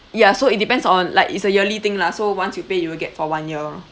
ya so it depends on like it's a yearly thing lah so once you pay you will get for one year